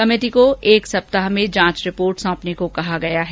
committee को एक हफ़ते में अपनी जांच रिपोर्ट सौंपने को कहा गया है